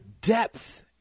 depth